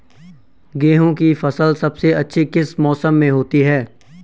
गेहूँ की फसल सबसे अच्छी किस मौसम में होती है